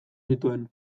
zituen